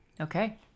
Okay